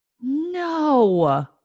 No